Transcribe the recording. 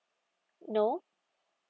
no